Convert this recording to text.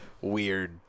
weird